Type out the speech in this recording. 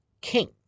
king